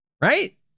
right